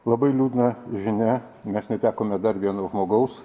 labai liūdna žinia mes netekome dar vieno žmogaus